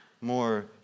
more